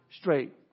straight